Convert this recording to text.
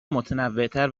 متنوعتر